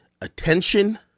attention